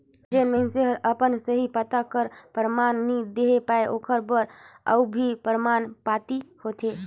जेन मइनसे हर अपन सही पता कर परमान नी देहे पाए ओकर बर अउ भी परमान पाती होथे